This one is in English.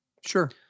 sure